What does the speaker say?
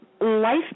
life